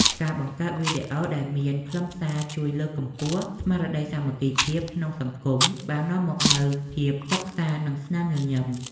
ការបង្កើតវីដេអូដែលមានខ្លឹមសារជួយលើកកម្ពស់ស្មារតីសាមគ្គីភាពក្នុងសង្គមបាននាំមកនូវភាពសុខសាន្ត និងស្នាមញញឹម។